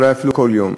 או אולי אפילו כל יום,